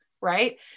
Right